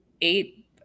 eight